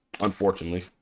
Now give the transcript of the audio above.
unfortunately